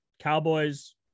Cowboys